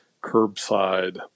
curbside